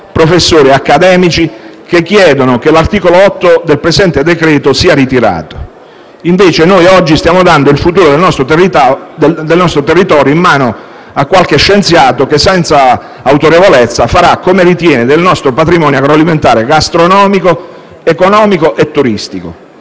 professori e accademici che chiedono che l'articolo 8 del presente decreto-legge sia ritirato. Oggi invece stiamo dando il futuro del nostro territorio in mano a qualche scienziato che, senza autorevolezza, farà ciò che ritiene del nostro patrimonio agroalimentare, gastronomico, economico e turistico.